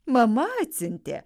mama atsiuntė